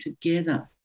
together